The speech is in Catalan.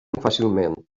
fàcilment